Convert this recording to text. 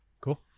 Cool